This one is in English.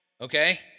Okay